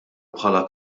bħala